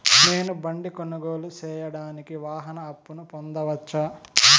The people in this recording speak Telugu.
నేను బండి కొనుగోలు సేయడానికి వాహన అప్పును పొందవచ్చా?